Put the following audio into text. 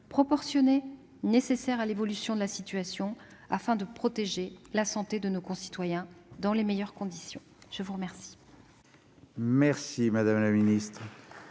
proportionnées à l'évolution de la situation, afin de protéger la santé de nos concitoyens dans les meilleures conditions. Mes chers